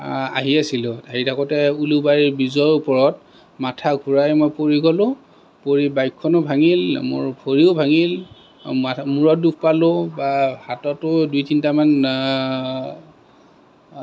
আহি আছিলোঁ আহি থাকোঁতে উলুবাৰী ব্ৰীজৰ ওপৰত মাথা ঘূৰাই মই পৰি গলোঁ পৰি বাইকখনো ভাঙিল মোৰ ভৰিও ভাঙিল মা মূৰত দুখ পালোঁ হাততো দুই তিনিটামান